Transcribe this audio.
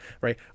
Right